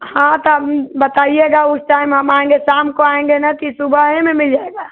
हाँ तो हम बताइएगा उस टाइम हम आएंगे शाम को आएंगे ना कि सुबह में मिल जाएगा